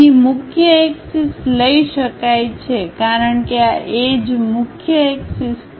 અહીં મુખ્ય એક્સિસ લઈ શકાય છે કારણ કે આ એજમુખ્ય એક્સિસ પર છે